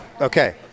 Okay